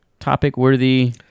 Topic-worthy